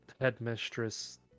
headmistress